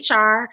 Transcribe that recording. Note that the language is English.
HR